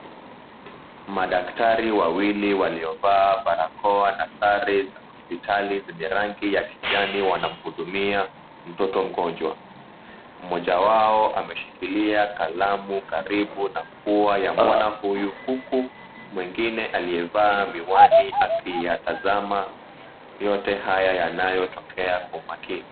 Madaktari wawili waliovaa barakoa na sare za hospitali zenye rangi ya kijani wanamhudumia mtoto mgonjwa, mmoja wao ameshikilia kalamu karibu na pua ya mwana huyu huku mwingine aliyevaa miwani akiyatazama yote haya yanayotokea kwa umakini.